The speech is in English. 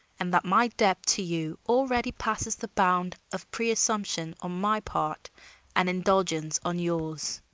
and that my debt to you already passes the bound of presumption on my part and indulgence on yours.